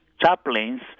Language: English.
chaplains